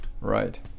Right